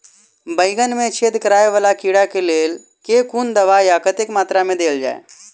बैंगन मे छेद कराए वला कीड़ा केँ लेल केँ कुन दवाई आ कतेक मात्रा मे देल जाए?